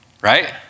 Right